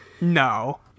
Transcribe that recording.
No